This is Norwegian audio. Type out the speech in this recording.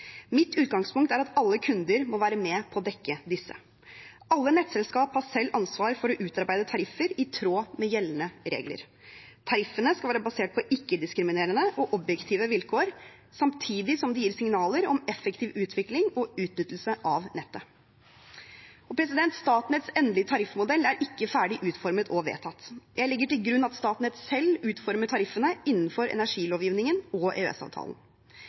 Mitt utgangspunkt er at alle kunder må være med på å dekke disse. Alle nettselskap har selv ansvar for å utarbeide tariffer i tråd med gjeldende regler. Tariffene skal være basert på ikke-diskriminerende og objektive vilkår samtidig som de gir signaler om effektiv utvikling og utnyttelse av nettet. Statnetts endelige tariffmodell er ikke ferdig utformet og vedtatt. Jeg legger til grunn at Statnett selv utformer tariffene innenfor energilovgivningen og